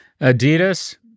Adidas